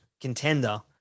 contender